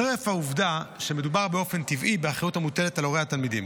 חרף העובדה שמדובר באופן טבעי באחריות המוטלת על הורי התלמידים.